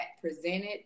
presented